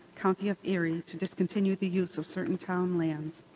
county of erie, to discontinue the use of certain town lands